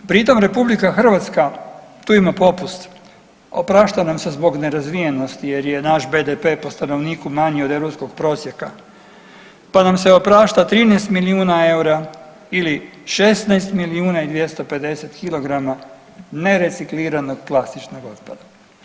Pri tom RH tu ima popust, oprašta nam se zbog nerazvijenosti jer je naš BDP po stanovniku manji od europskog prosjeka, pa nam se oprašta 13 milijuna eura ili 16 milijuna i 250 kg nerecikliranog plastičnog otpada.